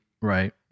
Right